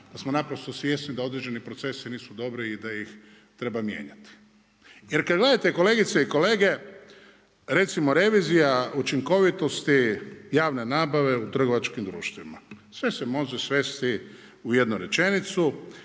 da smo naprosto svjesni da određeni procesi nisu dobri i da ih treba mijenjati. Jer kad gledate kolegice i kolege, recimo revizija učinkovitosti javne nabave u trgovačkim društvima. Sve se može svesti u jednu rečenicu.